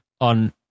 on